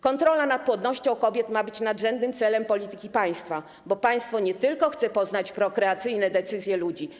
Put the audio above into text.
Kontrola nad płodnością kobiet ma być nadrzędnym celem polityki państwa, bo państwo nie tylko chce poznać prokreacyjne decyzje ludzi.